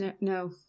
No